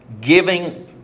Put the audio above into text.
giving